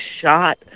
shot